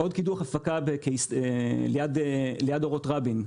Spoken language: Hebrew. עוד קידוח הפקה ליד אורות רבין,